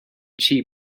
cheap